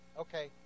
Okay